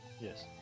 Yes